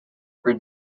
were